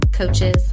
Coaches